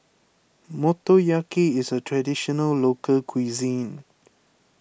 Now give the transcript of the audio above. Motoyaki is a Traditional Local Cuisine